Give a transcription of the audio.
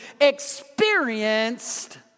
experienced